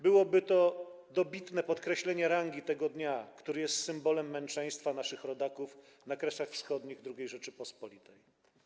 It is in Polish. Byłoby to dobitne podkreślenie rangi tego dnia, który jest symbolem męczeństwa naszych rodaków na Kresach Wschodnich II Rzeczypospolitej.